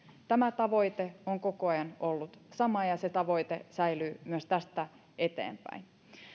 tämä tavoite on koko ajan ollut sama ja se tavoite säilyy myös tästä eteenpäin